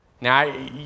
Now